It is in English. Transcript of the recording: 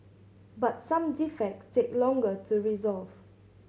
but some defects take longer to resolve